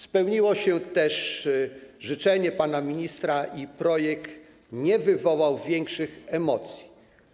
Spełniło się też życzenie pana ministra i projekt nie wywołał większych emocji.